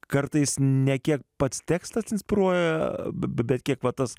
kartais ne kiek pats tekstas inspiruoja bet kiek va tas